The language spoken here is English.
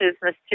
business